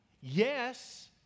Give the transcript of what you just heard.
yes